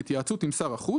בהתייעצות עם שר החוץ,